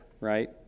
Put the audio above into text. right